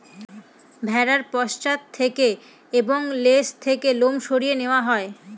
ভেড়ার পশ্চাৎ থেকে এবং লেজ থেকে লোম সরিয়ে নেওয়া হয়